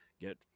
Get